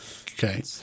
okay